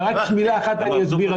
אבל רק במילה אחת אני אסביר,